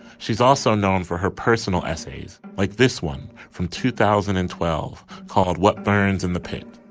she's also known for her personal essays like this one from two thousand and twelve called what burns in the pit